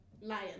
lion